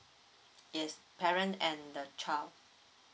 yes parent and the child